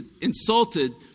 insulted